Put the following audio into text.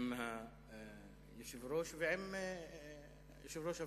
עם היושב-ראש ועם יושב-ראש הוועדה,